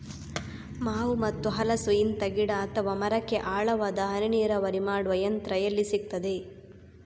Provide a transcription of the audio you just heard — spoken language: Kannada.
ಮಾವು ಮತ್ತು ಹಲಸು, ಇಂತ ಗಿಡ ಅಥವಾ ಮರಕ್ಕೆ ಆಳವಾದ ಹನಿ ನೀರಾವರಿ ಮಾಡುವ ಯಂತ್ರ ಎಲ್ಲಿ ಸಿಕ್ತದೆ?